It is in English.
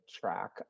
track